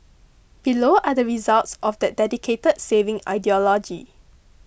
below are the results of that dedicated saving ideology